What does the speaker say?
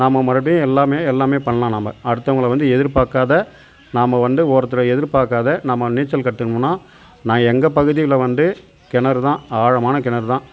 நாம்ம மறுபடி எல்லாமே எல்லாமே பண்ணலாம் நாம்ம அடுத்தவங்களை வந்து எதிர்பார்க்காத நாம்ம வந்த ஒருத்தரை எதிர்பார்க்காத நாம்ம நீச்சல் கற்றுக்கணும்னா நான் எங்கள் பகுதியில் வந்து கிணறு தான் ஆழமான கிணறு தான்